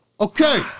Okay